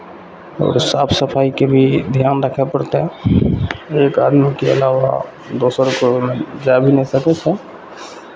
ओकर साफ सफाइके भी धियान राखय पड़तै एक आदमीके अलावा दोसरकेँ ओहिमे जाय भी नहि सकै छै